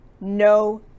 No